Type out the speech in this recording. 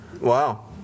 Wow